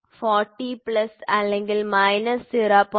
40 plus അല്ലെങ്കിൽ minus 0